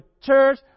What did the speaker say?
church